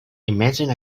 imagine